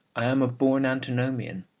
i am a born antinomian.